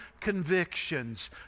convictions